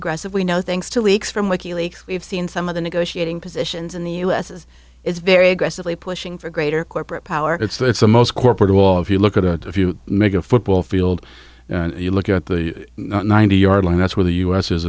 aggressive we know thanks to leaks from wiki leaks we've seen some of the negotiating positions in the us is very aggressively pushing for greater corporate power it's the most corporate of all if you look at it if you make a football field and you look at the ninety yard line that's where the u s